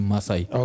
Masai